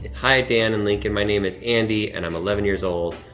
hi, dan and lincoln, my name is andy and i'm eleven years old.